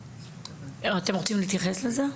אתם רוצים להתייחס לזה?